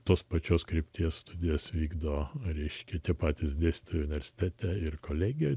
tos pačios krypties studijas vykdo riškite patys dėstė universitete ir kolegę